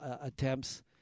attempts